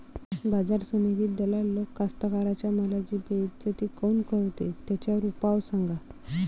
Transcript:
बाजार समितीत दलाल लोक कास्ताकाराच्या मालाची बेइज्जती काऊन करते? त्याच्यावर उपाव सांगा